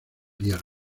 hierro